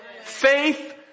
Faith